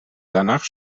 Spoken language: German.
danach